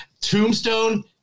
Tombstone